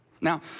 Now